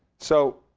so